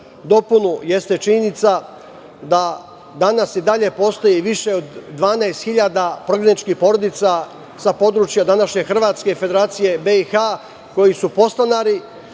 dopunu jeste činjenica da danas i dalje postoji više od 12.000 prognaničkih porodica sa područja današnje Hrvatske i Federacije BiH koji su podstanari